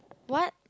what